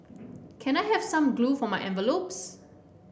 can I have some glue for my envelopes